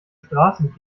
straßen